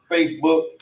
Facebook